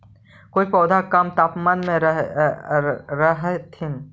कुछ पौधे कम तापमान में रहथिन